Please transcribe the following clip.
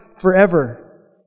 forever